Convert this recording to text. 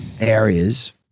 areas